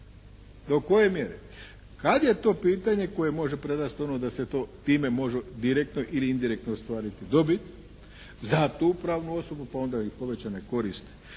Do koje mjere? Kad je to pitanje koje može prerast ono da se to time može direktno ili indirektno ostvariti dobit za tu pravnu osobu pa onda i povećana korist